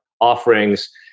offerings